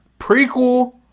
Prequel